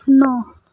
نو